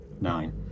nine